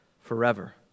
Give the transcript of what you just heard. forever